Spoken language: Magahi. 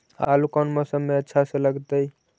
आलू कौन मौसम में अच्छा से लगतैई?